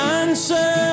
answer